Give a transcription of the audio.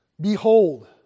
Behold